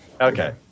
Okay